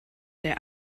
der